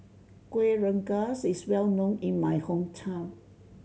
Kueh Rengas is well known in my hometown